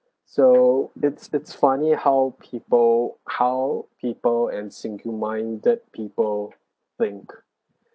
so it's it's funny how people how people and sinking minded people think